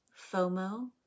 FOMO